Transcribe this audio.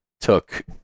took